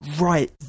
right